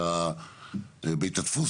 בית הדפוס,